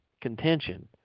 contention